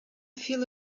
feel